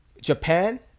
Japan